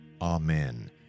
Amen